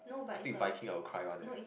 I take Viking I will cry one eh